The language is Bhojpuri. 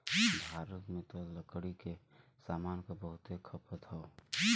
भारत में त लकड़ी के सामान क बहुते खपत हौ